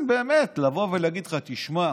שבעצם באמת תבוא ותגיד לך: תשמע,